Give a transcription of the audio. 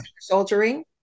soldiering